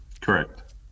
Correct